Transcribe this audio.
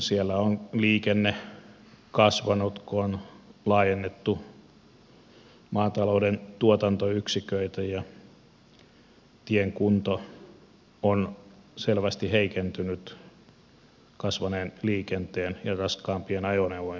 siellä on liikenne kasvanut kun on laajennettu maatalouden tuotantoyksiköitä ja tien kunto on selvästi heikentynyt kasvaneen liikenteen ja raskaampien ajoneuvojen vuoksi